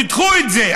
תדחו את זה,